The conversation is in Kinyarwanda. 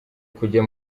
kujya